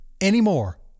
anymore